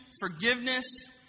forgiveness